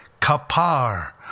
kapar